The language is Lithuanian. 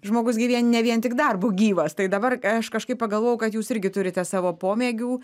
žmogus gi vien ne vien tik darbu gyvas tai dabar aš kažkaip pagalvojau kad jūs irgi turite savo pomėgių